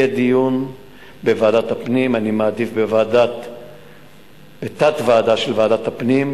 יהיה דיון בוועדת הפנים אני מעדיף בתת-ועדה של ועדת הפנים,